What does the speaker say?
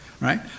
right